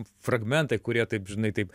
fragmentai kurie taip žinai taip